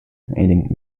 aiding